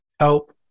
Help